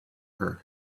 her